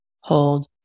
hold